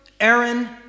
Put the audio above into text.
Aaron